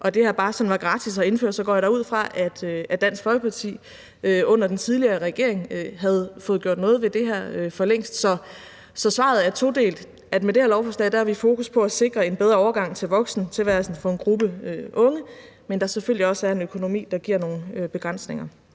og det her sådan bare var gratis at indføre, så går jeg da ud fra, at Dansk Folkeparti under den tidligere regering havde fået gjort noget ved det her for længst. Så svaret er todelt: Med det her lovforslag har vi fokus på at sikre en bedre overgang til voksentilværelsen for en gruppe unge, men der skal selvfølgelig også være en økonomi, og det giver nogle begrænsninger.